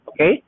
okay